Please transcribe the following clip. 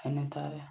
ꯍꯥꯏꯅ ꯇꯥꯔꯦ